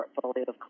portfolio